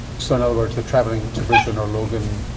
so in other words, they're travelling to brisbane or logan